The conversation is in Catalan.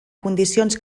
condicions